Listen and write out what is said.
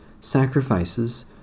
sacrifices